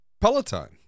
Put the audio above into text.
peloton